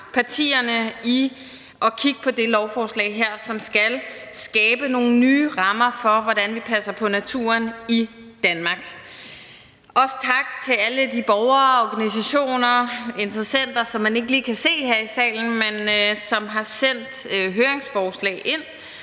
til at kigge på det lovforslag her, som skal skabe nogle nye rammer for, hvordan vi passer på naturen i Danmark. Også tak til alle de borgere, organisationer og interessenter, som man ikke lige kan se her i salen, men som har sendt høringsforslag ind.